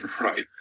Right